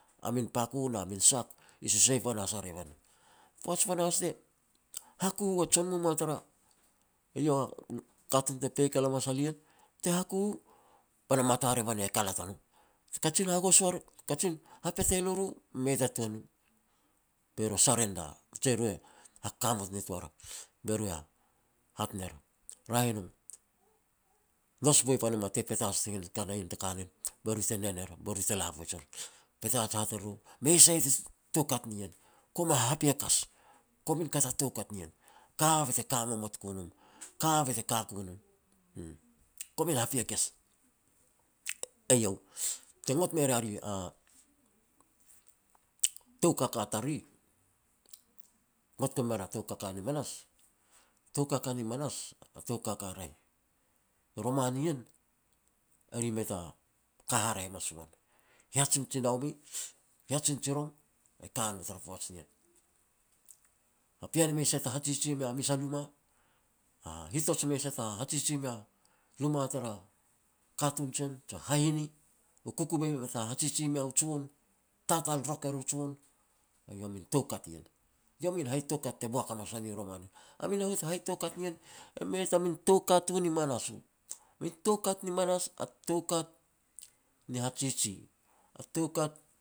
A min pako na min sak i susei panahas a revan. Poaj panahas te haku u a jon momoa tara iau a katun te peik el a masal ien, te haku u ba na mata revan e kalat a no. Ti kajin hagos, kajin hapetel u ru, mei ta tuan u, be ru surrender, je ru hakakamot nitoar, be ru e hat ner, "Raeh i no, nous boi pan e moa tei Petats te ka na nien ta kanen, be ru te nen er, be ru te la poaj er." Petats hat e ru, "Mei sai ta toukat nien, kom hahapiakas, komin kat a toukat nien, ka bet ka momot ku nom, ka bet te ka no nom, uuh, komin hapiakas, eiau. Te ngot me ria ri a tou kaka tariri, ngot gon me ria tou kaka ni manas, tou kaka ni manas a tou kaka raeh. I roman ien, ri mei ta ka haraeh mat si uam, hiajinjinaume, hiajirjirong e ka no tara poaj nien. A pean e mei sai ta hajiji mea mes a luma. A hitoj e mei sai ta hajiji mea luma tara katun jen, jia hahine, u kukuvei mei ta hajiji mea u jon, tatal rok er u jon, eiau a min toukat ien. Iau a min hai toukat te boak hamas a ni roman ien, a min hai toukat ien, e mei ta min toukat u ni manas u, min toukat ni manas a toukat ni hajiji, a toukat